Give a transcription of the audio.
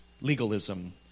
legalism